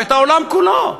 ואת העולם כולו.